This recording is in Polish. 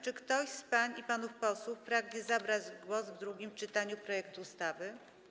Czy ktoś z pań i panów posłów pragnie zabrać głos w drugim czytaniu projektu ustawy?